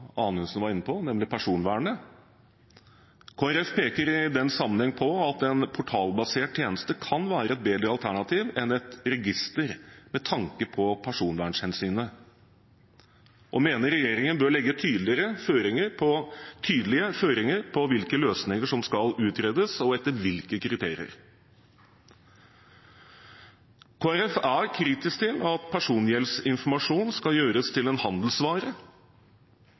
Anundsen var inne på, nemlig personvernet. Kristelig Folkeparti peker i den sammenheng på at en portalbasert tjeneste kan være et bedre alternativ enn et register med tanke på personvernhensynet og mener regjeringen bør legge tydelige føringer på hvilke løsninger som skal utredes, og etter hvilke kriterier. Kristelig Folkeparti er kritisk til at persongjeldsinformasjon skal gjøres til en handelsvare